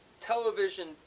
television